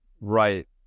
right